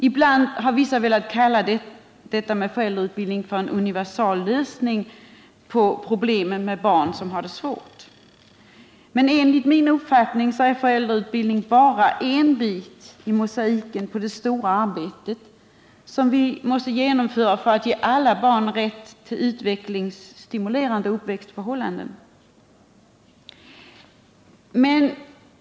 Ibland har vissa velat kalla föräldrautbildning för en universallösning på problemen med barn som har det svårt. Men enligt min uppfattning är föräldrautbildning bara en bit i den mosaik som utgörs av det stora arbete som vi måste genomföra för att ge alla barn rätt till utvecklingsstimulerande uppväxtförhållanden.